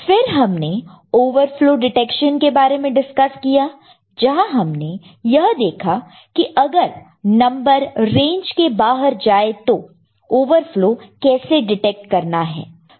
फिर हमने overflow detection के बारे में डिस्कस किया जहां हमने यह देखा की अगर नंबर रेंज के बाहर जाए तो ओवरफ्लो कैसे डिटेक्ट करना है